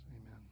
Amen